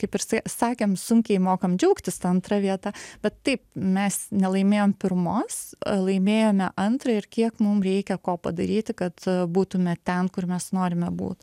kaip ir sakėm sunkiai mokam džiaugtis ta antra vieta bet taip mes nelaimėjom pirmos laimėjome antrą ir kiek mum reikia ko padaryti kad būtume ten kur mes norime būt